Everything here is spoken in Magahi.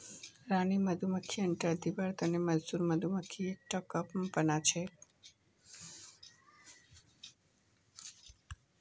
रानी मधुमक्खीक अंडा दिबार तने मजदूर मधुमक्खी एकटा कप बनाछेक